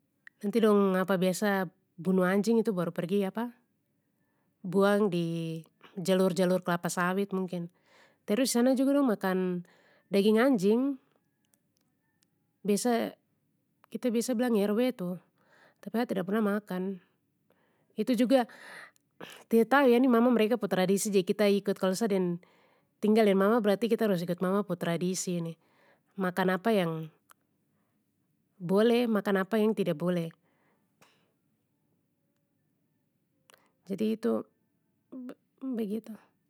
Nanti dong biasa bunuh anjing itu baru pergi buang di jalur jalur kelapa sawit mungkin, terus sana juga dong makan daging anjing. Biasa, kita biasa bilang rw tu, tapi a tidak pernah makan, itu juga, tidak tahu eh ini mama mereka pu tradisi jadi kita ikut, kalo sa deng tinggal deng mama berarti kita harus ikut mama pu tradisi ini, makan apa yang boleh, makan apa yang tidak boleh. Jadi itu, begitu.